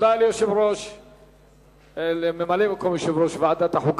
תודה לממלא-מקום יושב-ראש ועדת החוקה,